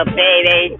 baby